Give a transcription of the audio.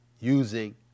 using